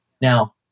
Now